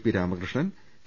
P Ramakrishnan K